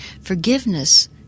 Forgiveness